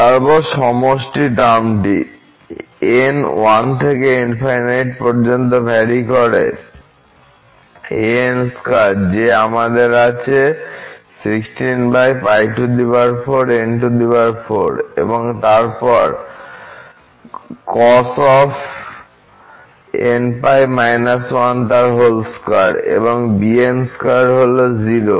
তারপর সমষ্টি টার্মটি n 1থেকে পর্যন্ত ভ্যারি করে an2 যে আমাদের আছে এবং তারপর এবং bn2 হল 0